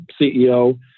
CEO